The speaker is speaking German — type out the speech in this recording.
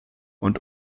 und